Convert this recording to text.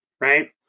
Right